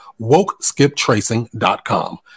WokeSkipTracing.com